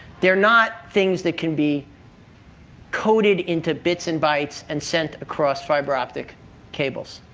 they are not things that can be coded into bits and bytes and sent across fiber optic cables.